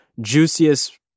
juiciest